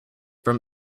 from